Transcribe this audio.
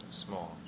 small